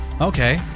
Okay